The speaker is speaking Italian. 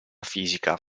fisica